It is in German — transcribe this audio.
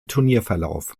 turnierverlauf